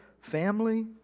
family